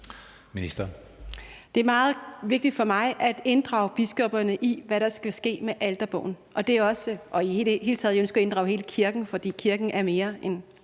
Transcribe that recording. Det er meget vigtigt for mig at inddrage biskopperne i, hvad der skal ske med alterbogen, og i det hele taget ønsker jeg at inddrage hele kirken, for kirken er mere end